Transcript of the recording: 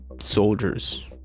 soldiers